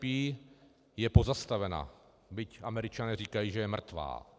TTIP je pozastavena, byť Američané říkají, že je mrtvá.